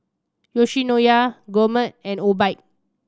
Yoshinoya Gourmet and Obike